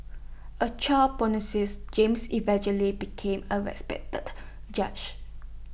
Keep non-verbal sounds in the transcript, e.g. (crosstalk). A child (unintelligible) James eventually became A respected judge